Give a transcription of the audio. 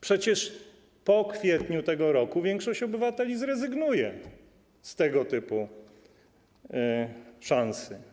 Przecież po kwietniu tego roku większość obywateli zrezygnuje z tego typu szansy.